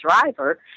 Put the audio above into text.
driver